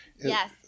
Yes